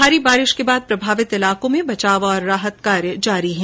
भारी बारिश के बाद प्रभावित इलाकों में बचाव और राहत कार्य चलाए जा रहे है